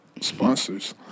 Sponsors